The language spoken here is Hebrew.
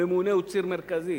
הממונה הוא ציר מרכזי.